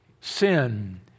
sin